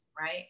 right